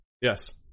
Yes